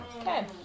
Okay